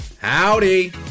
Howdy